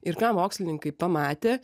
ir ką mokslininkai pamatė